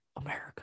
America